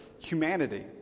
humanity